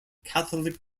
catholic